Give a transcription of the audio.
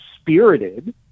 spirited